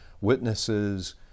witnesses